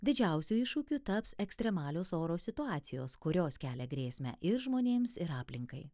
didžiausiu iššūkiu taps ekstremalios oro situacijos kurios kelia grėsmę ir žmonėms ir aplinkai